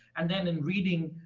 and then in reading,